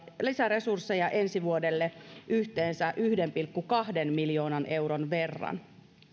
lisäresursseja ensi vuodelle yhteensä yhden pilkku kahden miljoonan euron verran